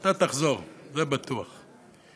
אתה תחזור, זה בטוח.